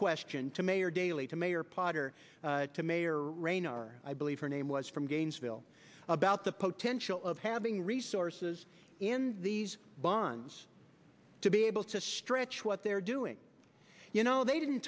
question to mayor daley to mayor potter to mayor rayner i believe her name was from gainesville about the potential of having resources in these bonds to be able to stretch what they're doing you know they didn't